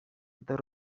the